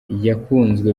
yakunzwe